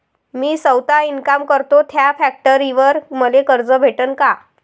मी सौता इनकाम करतो थ्या फॅक्टरीवर मले कर्ज भेटन का?